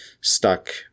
stuck